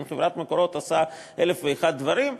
חברת "מקורות" עושה אלף ואחד דברים,